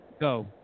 Go